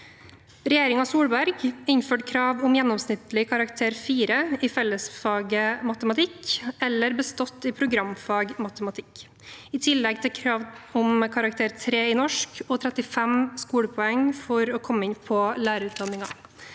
Regjeringen Solberg innførte krav om gjennomsnittskarakter 4 i fellesfaget matematikk, eller bestått i programfaget matematikk, i tillegg til krav om karakter 3 i norsk og 35 skolepoeng for å komme inn på lærerutdanningen.